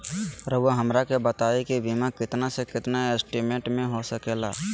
रहुआ हमरा के बताइए के बीमा कितना से कितना एस्टीमेट में हो सके ला?